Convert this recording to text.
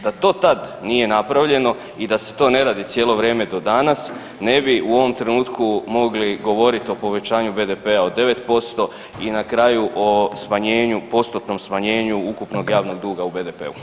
Da to tad nije napravljeno i da se to ne radi cijelo vrijeme do danas ne bi u ovom trenutku mogli govorit o povećanju BDP-a od 9% i na kraju o smanjenju, postotnom smanjenju ukupnog javnog duga u BDP-u.